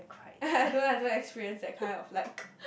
I don't I don't experience that kind of like